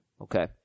Okay